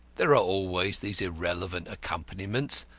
there are always these irrelevant accompaniments,